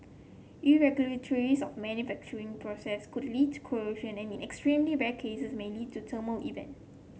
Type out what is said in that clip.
irregularities of manufacturing process could lead to corrosion and in extremely rare cases may lead to a thermal event